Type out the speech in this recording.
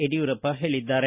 ಯಡಿಯೂರಪ್ಪ ಹೇಳಿದ್ದಾರೆ